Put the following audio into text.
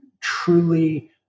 truly